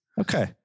Okay